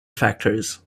factors